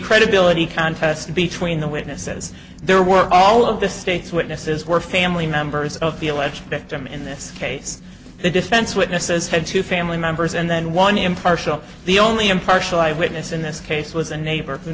credibility contest between the witnesses there were all of the state's witnesses were family members of the alleged victim in this case the defense witnesses had two family members and then one impartial the only impartial eyewitness in this case was a neighbor who